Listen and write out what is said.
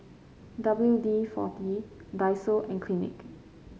W D forty Daiso and Clinique